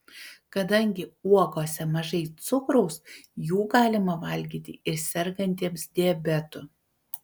kadangi uogose mažai cukraus jų galima valgyti ir sergantiems diabetu